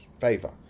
favor